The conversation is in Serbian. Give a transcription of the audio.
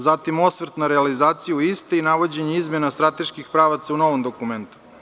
Zatim, osvrt na realizaciju iste i navođenje izmena strateških pravaca u novom dokumentu.